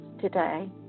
today